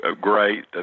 great